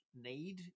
need